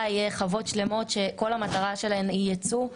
יהיה חוות שלמות שכל המטרה שלהן היא ייצוא.